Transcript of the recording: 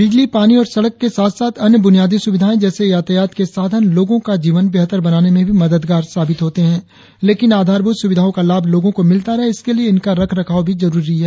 बिजली पानी और सड़क के साथ साथ अन्य बुनियादी सुविधाए जैसे यातायात के साधन लोगों का जीवन बेहतर बनाने में भी मददगार है लेकिन आधारभूत सुविधाओं का लाभ लोगों को मिलता रहे इसके लिए इनका रख रखाव भी जरुरत है